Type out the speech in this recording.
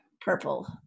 Purple